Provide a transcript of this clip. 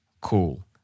Cool